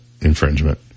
infringement